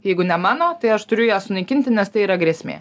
jeigu ne mano tai aš turiu ją sunaikinti nes tai yra grėsmė